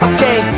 Okay